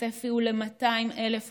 הצפי הוא 200,000 מתפללים,